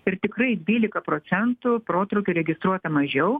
ir tikrai dvylika procentų protrūkių registruota mažiau